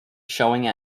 showing